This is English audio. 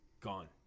gone